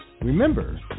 Remember